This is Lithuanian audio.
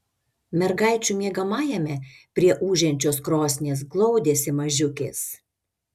mergaičių miegamajame prie ūžiančios krosnies glaudėsi mažiukės